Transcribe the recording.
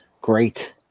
great